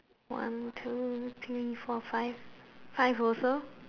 one two three four five five also